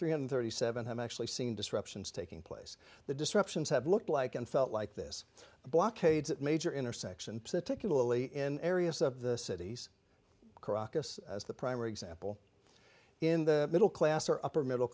three hundred thirty seven have actually seen disruptions taking place the disruptions have looked like and felt like this blockades at major intersection particularly in areas of the cities caracas as the primary example in the middle class or upper middle